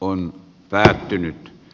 on päättynyt